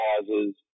causes